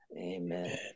Amen